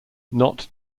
not